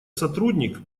сотрудник